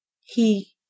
He